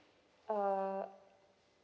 uh